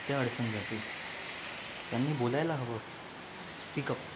ते अडचण जाते त्यांनी बोलायला हवं स्पीक अप